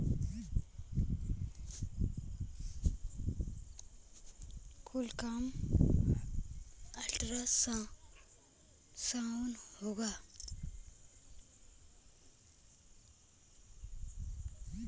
कुल काम ऑन्लाइने होला